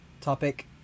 topic